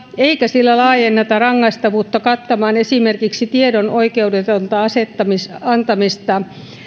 eikä sillä laajenneta rangaistavuutta kattamaan esimerkiksi tiedon oikeudetonta antamista